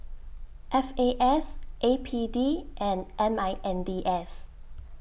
F A S A P D and M I N D S